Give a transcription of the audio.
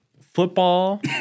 football